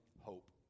hope